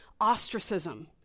ostracism